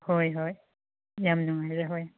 ꯍꯣꯏ ꯍꯣꯏ ꯌꯥꯝ ꯅꯨꯡꯉꯥꯏꯔꯦ ꯍꯣꯏ